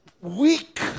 Weak